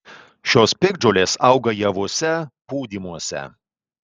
šios piktžolės auga javuose pūdymuose